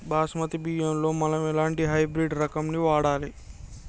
బాస్మతి బియ్యంలో మనం ఎలాంటి హైబ్రిడ్ రకం ని వాడాలి?